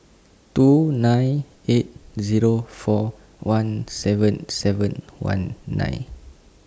two nine eight Zero four one seven seven one nine